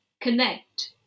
connect